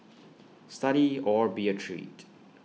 study or be A treat